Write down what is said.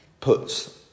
puts